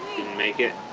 make it